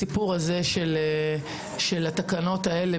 הסיפור של התקנות האלה,